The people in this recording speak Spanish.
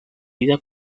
vida